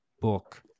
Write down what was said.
book